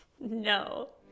No